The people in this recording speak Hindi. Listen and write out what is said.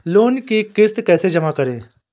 लोन की किश्त कैसे जमा करें?